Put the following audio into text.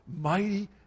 mighty